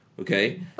Okay